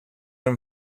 him